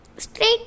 straight